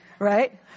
right